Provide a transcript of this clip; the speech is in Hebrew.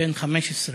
בן 15,